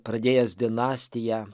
pradėjęs dinastiją